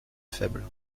faible